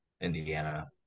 Indiana